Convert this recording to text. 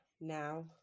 now